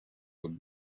would